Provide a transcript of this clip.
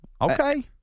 Okay